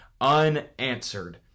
Unanswered